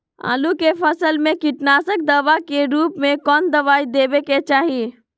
आलू के फसल में कीटनाशक दवा के रूप में कौन दवाई देवे के चाहि?